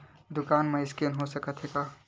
दुकान मा स्कैन हो सकत हे का?